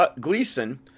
Gleason